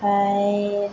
ओमफ्राय